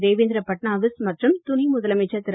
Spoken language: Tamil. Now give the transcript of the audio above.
தேவேந்திர பட்நாவீஸ் மற்றும் துணை முதலமைச்சர் திரு